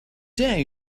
dare